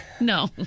no